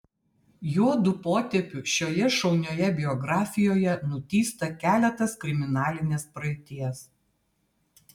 juodu potėpiu šioje šaunioje biografijoje nutįsta keletas kriminalinės praeities